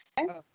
Okay